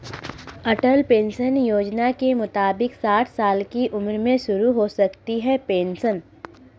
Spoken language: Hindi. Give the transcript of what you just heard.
अटल पेंशन योजना के मुताबिक साठ साल की उम्र में शुरू हो सकती है पेंशन